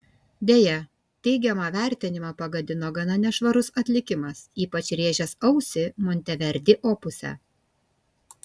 deja teigiamą vertinimą pagadino gana nešvarus atlikimas ypač rėžęs ausį monteverdi opuse